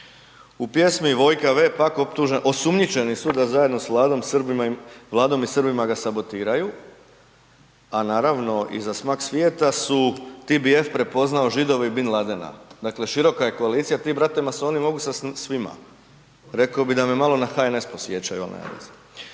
U pjesmi Vojka V pak osumnjičeni su da zajedno s Vladom i Srbima ga sabotiraju, a naravno i za „Smak svijeta“ su TBF prepoznao Židove i Bin Ladena, dakle široka je koalicija. Ti brate masoni mogu sa svima, rekao bi da me malo na HNS podsjećaju ali nema